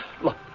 Look